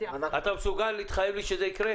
אתה מסוגל להתחייב לי שזה יקרה?